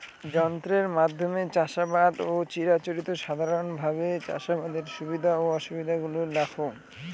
যন্ত্রের মাধ্যমে চাষাবাদ ও চিরাচরিত সাধারণভাবে চাষাবাদের সুবিধা ও অসুবিধা গুলি লেখ?